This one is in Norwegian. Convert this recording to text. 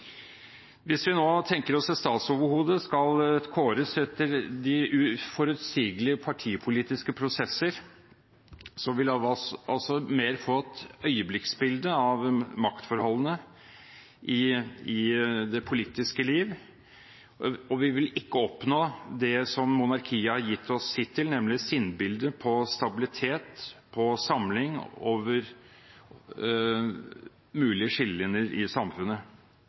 Hvis vi nå tenker oss at et statsoverhode skal kåres etter de uforutsigbare partipolitiske prosesser, så ville vi mer fått et øyeblikksbilde av maktforholdene i det politiske liv, og vi ville ikke oppnådd det som monarkiet har gitt oss hittil, nemlig sinnbildet på stabilitet og samling over mulige skillelinjer i samfunnet.